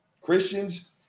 Christians